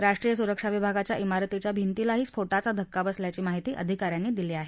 राष्ट्रीय सुरक्षा विभागाच्या भिारतीच्या भिंतीलाही स्फोटाचा धक्का बसल्याची माहिती अधिकाऱ्यांनी दिली आहे